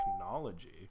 technology